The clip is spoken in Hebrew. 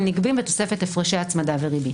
בתוספת הפרשי הצמדה וריבית.